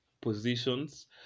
positions